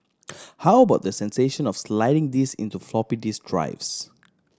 how about the sensation of sliding these into floppy disk drives